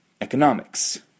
economics